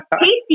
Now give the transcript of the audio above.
Tasty